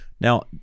Now